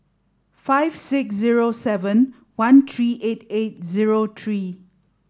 five six zero seven one three eight eight zero three